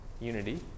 unity